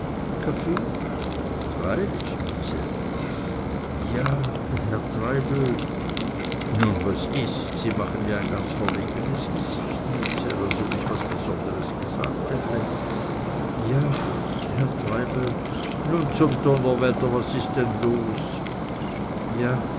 kaffee freilich mützell ja herr treibel nun was ist sie machen ja ein ganz verlegenes gesicht mützell als ob ich was ganz besonderes gesagt hätte ja herr treibel nun zum donnerwetter was ist denn los ja